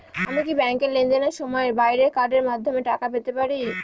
আমি কি ব্যাংকের লেনদেনের সময়ের বাইরেও কার্ডের মাধ্যমে টাকা পেতে পারি?